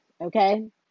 okay